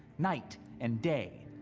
night and day.